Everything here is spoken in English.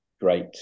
great